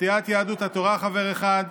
סיעת יהדות התורה חבר אחד,